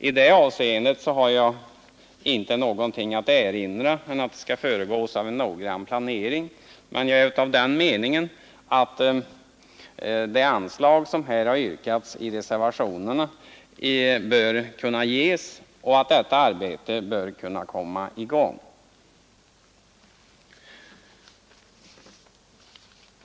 I det avseendet har jag inte någonting att erinra, men jag är av den meningen att de anslag som har yrkats i reservationerna bör kunna ges och att detta arbete bör komma i gång.